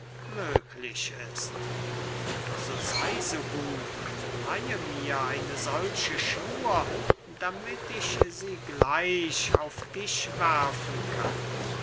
möglich ist so sey so gut und leihe mir eine solche schnur damit ich sie gleich auf dich werfen kann